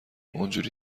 اونجوری